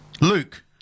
Luke